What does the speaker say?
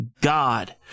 god